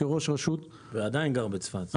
עדיין גר בצפת.